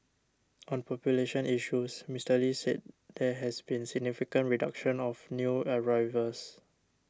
on population issues Mister Lee said there has been significant reduction of new arrivals